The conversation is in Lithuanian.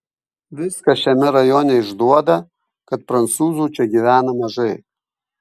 viskas šiame rajone išduoda kad prancūzų čia gyvena mažai